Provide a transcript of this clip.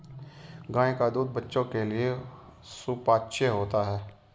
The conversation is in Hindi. गाय का दूध बच्चों के लिए सुपाच्य होता है